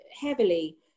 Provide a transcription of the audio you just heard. heavily